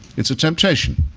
it's a temptation.